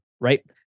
right